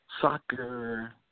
soccer